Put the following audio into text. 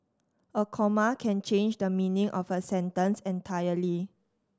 a comma can change the meaning of a sentence entirely